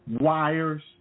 wires